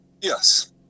Yes